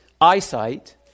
eyesight